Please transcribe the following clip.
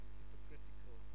hypocritical